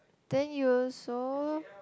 then you also